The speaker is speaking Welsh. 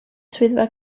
swyddfa